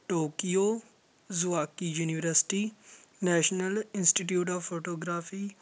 Tokyo Zokei university national institute of photography